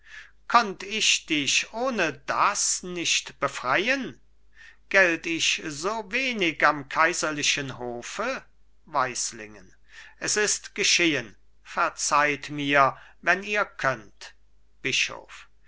konnt ich dich ohne das nicht befreien gelt ich so wenig am kaiserlichen hofe weislingen es ist geschehen verzeiht mir wenn ihr könnt bischof